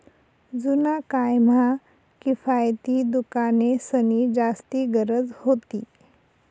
जुना काय म्हा किफायती दुकानेंसनी जास्ती गरज व्हती